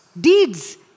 deeds